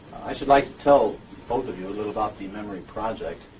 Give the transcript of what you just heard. i should like to tell both of you a little about the memory project.